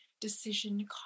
decision